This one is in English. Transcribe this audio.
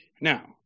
now